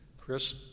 Chris